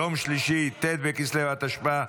יום שלישי ט' בכסלו התשפ"ה,